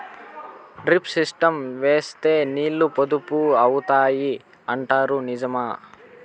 Drip system వేస్తే నీళ్లు పొదుపు అవుతాయి అంటారు నిజమా?